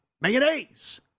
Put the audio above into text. Mayonnaise